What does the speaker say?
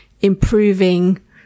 improving